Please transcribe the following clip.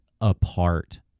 apart